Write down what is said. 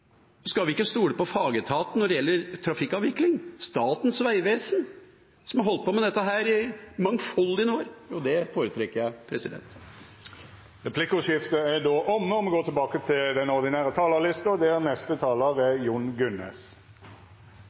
Skal vi ikke stole på fagetaten når det gjelder trafikkavvikling – Statens vegvesen – som har holdt på med dette i mangfoldige år? Det foretrekker jeg. Replikkordskiftet er omme. Vår tids største utfordring er klimakrisen. Innenfor samferdselsområdet har vi gjort mye, og vi skal gjøre mye for å bidra til lavere og